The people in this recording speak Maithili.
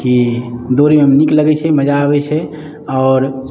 कि दौड़ैमे नीक लगै छै मजा अबै छै आओर